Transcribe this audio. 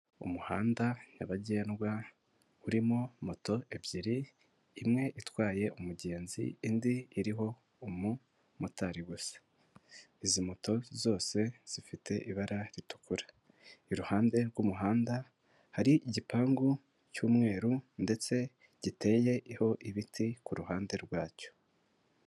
Umuhanda nyabagendwa, urimo moto ebyiri, imwe itwaye umugenzi, indi iriho umumotari gusa, izi moto zose zifite ibara ritukura, iruhande rw'umuhanda, hari igipangu cy'umweru ndetse giteyeho ibiti, kuruhande rwacyo.